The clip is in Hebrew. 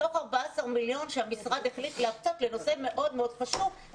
מתוך 14 מיליון שהמשרד החליט להקצות לנושא מאוד מאוד חשוב,